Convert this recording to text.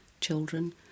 children